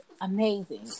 amazing